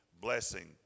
blessing